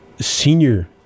senior